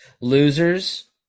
Losers